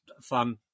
fun